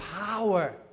power